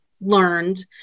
learned